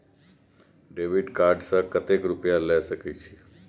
Debit card से कतेक रूपया ले सके छै?